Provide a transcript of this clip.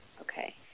okay